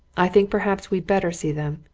i think perhaps we'd better see them.